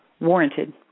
warranted